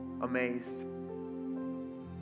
amazed